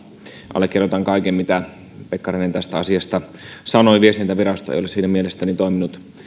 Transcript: allekirjoitan kaiken mitä pekkarinen tästä asiasta sanoi viestintävirasto ei ole siinä mielestäni toiminut